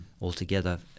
altogether